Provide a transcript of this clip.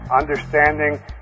understanding